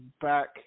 back